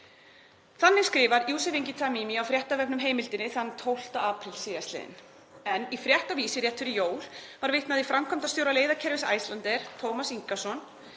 Þannig skrifar Yousef Ingi Tamimi á fréttavefnum Heimildinni þann 12. apríl sl. En í frétt á Vísi rétt fyrir jól var vitnað í framkvæmdastjóra leiðakerfis Icelandair, Tómas Ingason,